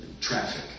Traffic